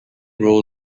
role